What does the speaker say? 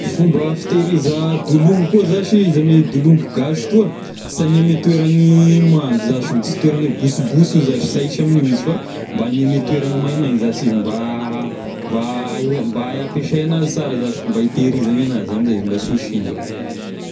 Fomba fitehiriza dolongo koa zashy izy ame dolongo gasy toa, sy hania ame toerany mando zashy io, sy toerany e bosibosy io zashy, sy ahisy amign'io izy fa mba hania ame toera ny maimaigna izy zashy mba mba hay- mba hay ampiasay anazy sara zashy, mba hitehiriza anazy amizay izy mba sy ho simba.